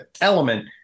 element